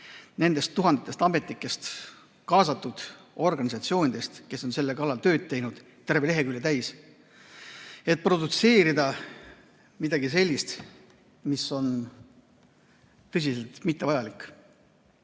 nendest tuhandetest ametnikest, kaasatud organisatsioonidest, kes on selle kallal tööd teinud – neid on terve leheküljetäis –, et produtseerida midagi sellist, mis on tõsiselt mittevajalik.